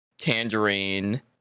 tangerine